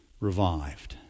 revived